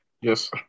Yes